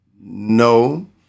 No